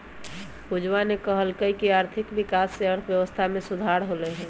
पूजावा ने कहल कई की आर्थिक विकास से अर्थव्यवस्था में सुधार होलय है